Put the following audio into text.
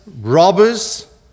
robbers